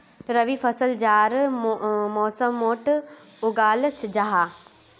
रबी फसल जाड़ार मौसमोट उगाल जाहा